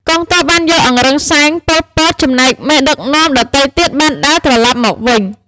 កងទ័ព បានយកអង្រឹងសែង ប៉ុល ពត ចំណែកមេដឹកនាំដទៃទៀតបានដើរត្រឡប់មកវិញ។